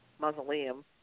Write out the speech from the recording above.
mausoleum